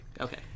Okay